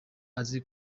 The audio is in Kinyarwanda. azi